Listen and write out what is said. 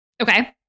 Okay